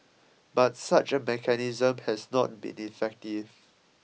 but such a mechanism has not been effective